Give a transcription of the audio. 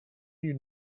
you